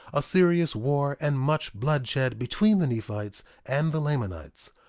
a serious war and much bloodshed between the nephites and the lamanites.